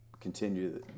continue